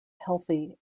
healthy